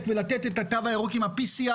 ולתת את התו הירוק עם תוצאות בדיקת ה-pcr